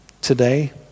today